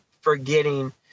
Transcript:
forgetting